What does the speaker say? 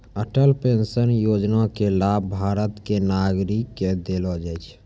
Atal pension योजना के लाभ भारत के नागरिक क देलो जाय छै